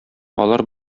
алар